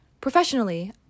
Professionally